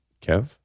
Kev